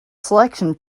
selection